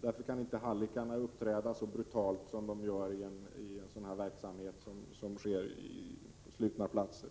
Därför kan inte hallickarna uppträda så brutalt som de gör i en verksamhet som äger rum på slutna platser.